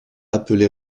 appelé